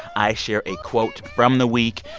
i share a quote from the week,